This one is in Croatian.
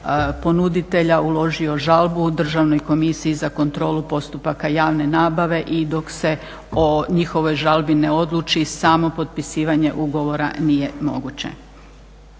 ponuditelja uložio žalbu Državnoj komisiji za kontrolu postupaka javne nabave i dok se o njihovoj žalbi ne odluči samo potpisivanje ugovora nije moguće.